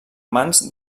mans